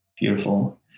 Beautiful